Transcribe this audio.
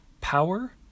Power